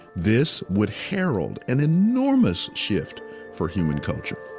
this would herald an enormous shift for human culture